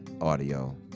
audio